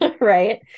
Right